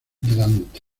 delante